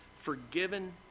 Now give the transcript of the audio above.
forgiven